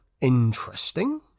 interesting